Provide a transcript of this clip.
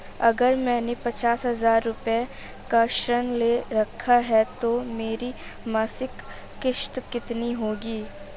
अगर मैंने पचास हज़ार रूपये का ऋण ले रखा है तो मेरी मासिक किश्त कितनी होगी?